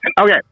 Okay